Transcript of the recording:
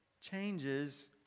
changes